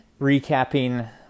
recapping